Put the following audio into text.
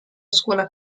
scuola